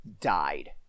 died